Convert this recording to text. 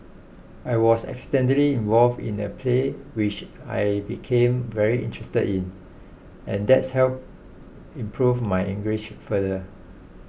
I was accidentally involved in a play which I became very interested in and that's helped improve my English further